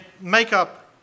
makeup